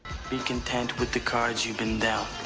be content with the cards you've been dealt.